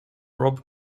rob